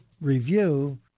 review